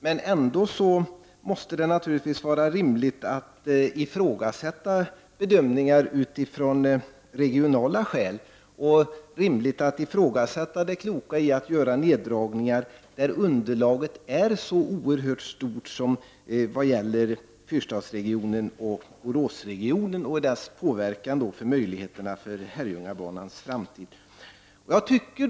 Men ändå måste det vara rimligt att ifrågasätta bedömningar av regionala skäl, och ifrågasätta det kloka i att göra neddragningar där underlaget är så oerhört stort som när det gäller fyrstadsregionen och Boråsregionen — och dess inverkan på Herrljungabanans framtidsmöjligheter.